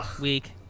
Weak